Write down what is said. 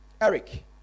Eric